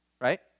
Right